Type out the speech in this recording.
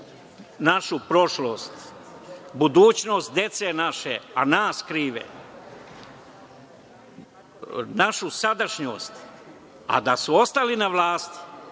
našu prošlost, budućnost naše dece, a nas krive, našu sadašnjost, a da su ostali na vlasti